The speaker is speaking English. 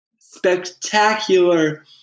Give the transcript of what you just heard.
spectacular